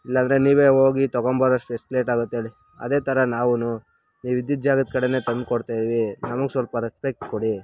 ಇಲ್ಲಾಂದರೆ ನೀವೇ ಹೋಗಿ ತಗೊಂಬರಷ್ಟು ಎಷ್ಟು ಲೇಟ್ ಆಗತ್ತೆ ಹೇಳಿ ಅದೇ ಥರ ನಾವೂ ನೀವು ಇದ್ದಿದ್ದ ಜಾಗದ ಕಡೆನೆ ತಂದುಕೊಡ್ತಾ ಇದ್ದೀವಿ ನಮ್ಗೆ ಸ್ವಲ್ಪ ರೆಸ್ಪೆಕ್ಟ್ ಕೊಡಿ